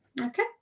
Okay